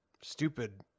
stupid